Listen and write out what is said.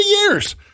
years